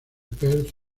perth